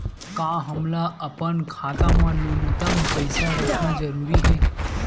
का हमला अपन खाता मा न्यूनतम पईसा रखना जरूरी हे?